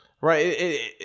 Right